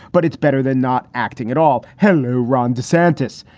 but it's better than not acting at all. hanu, ron desantis.